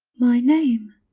my name?